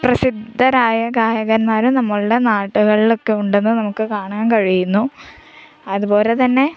അപ്രസിദ്ധരായ ഗായകന്മാരും നമ്മൾടെ നാട്ടുകളിലൊക്കെ ഉണ്ടെന്ന് നമുക്ക് കാണാൻ കഴിയുന്നു അതുപോലെ തന്നെ